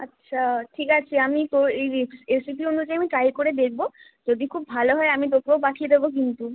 আচ্ছা ঠিক আছে আমি তোর এই রেপিস রেসিপি অনুযায়ী আমি ট্রাই করে দেখবো যদি খুব ভালো হয় আমি তোকেও পাঠিয়ে দেবো কিন্তু